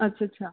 ਅੱਛਾ ਅੱਛਾ